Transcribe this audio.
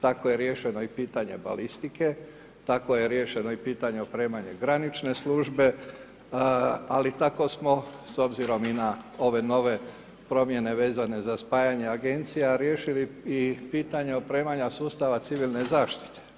Tako je riješeno i pitanje balistike, tako je riješeno i pitanje opremanja granične službe, ali tako smo, s obzirom i na ove nove promjene vezane za spajanje agencija riješili i pitanje opremanja sustava civilne zaštite.